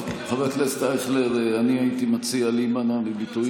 חבר הכנסת אייכלר, משפט אחרון.